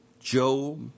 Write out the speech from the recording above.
Job